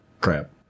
crap